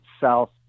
south